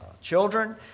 children